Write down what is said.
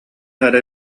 эрэ